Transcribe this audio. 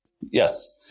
Yes